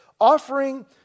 offering